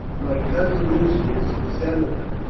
my cousin lucius, the senator,